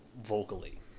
vocally